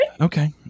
Okay